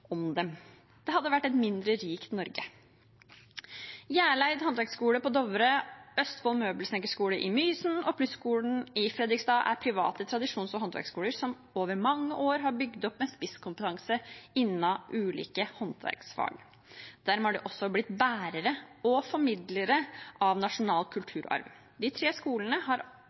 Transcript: om dem. Det hadde vært et mindre rikt Norge. Hjerleid handverksskole på Dovre, Østfold Møbelsnekkerskole i Mysen og Plus-skolen i Fredrikstad er private tradisjons- og håndverksskoler som over mange år har bygd opp en spisskompetanse innen ulike håndverksfag. Dermed har de også blitt bærere og formidlere av nasjonal kulturarv. De tre skolene har